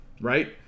Right